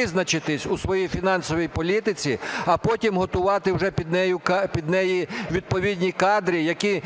визначитись у своїй фінансовій політиці, а потім готувати вже під неї відповідні кадри, які